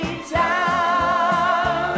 town